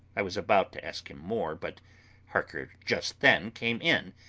i was about to ask him more, but harker just then came in,